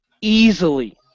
easily